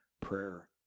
prayer